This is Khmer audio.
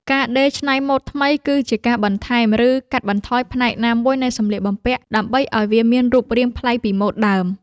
ការដេរច្នៃម៉ូដថ្មី គឺជាការបន្ថែម ឬកាត់បន្ថយផ្នែកណាមួយនៃសម្លៀកបំពាក់ ដើម្បីឱ្យវាមានរូបរាងប្លែកពីម៉ូដដើម។